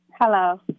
hello